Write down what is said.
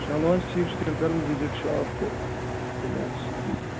چلو حظ ٹھیٖک چھُ تیٚلہِ کَرٕ بہٕ وِزِٹ شاپ تہٕ تیٚلہِ حظ